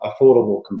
affordable